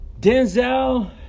Denzel